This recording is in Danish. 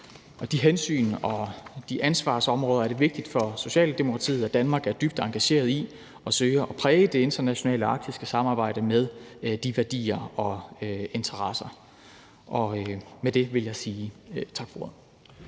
de hensyn og de ansvarsområder er det vigtigt for Socialdemokratiet at Danmark er dybt engageret i, og at vi forsøger at præge det internationale arktiske samarbejde med de værdier og interesser. Med det vil jeg sige tak for ordet.